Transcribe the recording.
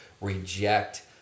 reject